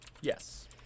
Yes